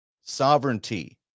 sovereignty